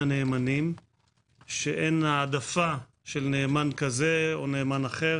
הנאמנים שאין העדפה של נאמן כזה או נאמן אחר?